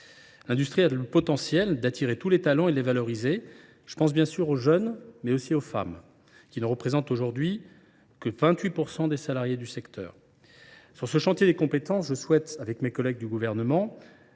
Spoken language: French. L’industrie a le potentiel d’attirer tous les talents et de les valoriser ; je pense bien sûr aux jeunes, mais aussi aux femmes, qui ne représentent aujourd’hui que 28 % des salariés du secteur. Sur ce chantier des compétences, je souhaite, avec mes collègues du Gouvernement,